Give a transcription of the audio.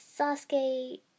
Sasuke